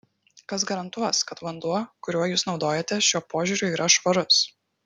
kas garantuos kad vanduo kuriuo jūs naudojatės šiuo požiūriu yra švarus